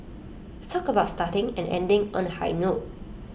talk about starting and ending on A high note